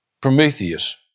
Prometheus